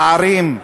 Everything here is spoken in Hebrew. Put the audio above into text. בערים,